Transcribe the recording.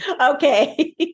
Okay